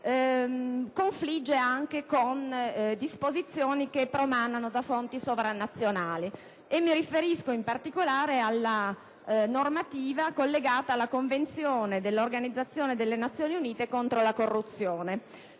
confligge anche con disposizioni che promanano da fonti sovranazionali. Mi riferisco in particolare alla normativa collegata alla Convenzione dell'Organizzazione delle Nazioni Unite contro la corruzione,